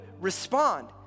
respond